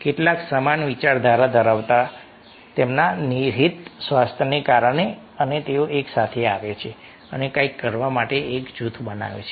કેટલાક સમાન વિચારધારા ધરાવતા લોકો તેમના નિહિત સ્વાર્થને કારણે તેઓ એકસાથે આવે છે અને કંઈક કરવા માટે એક જૂથ બનાવે છે